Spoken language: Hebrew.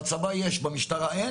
בצבא יש, במשטרה אין.